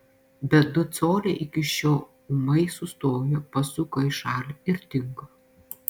bet du coliai iki šio ūmai sustojo pasuko į šalį ir dingo